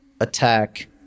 attack